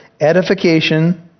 edification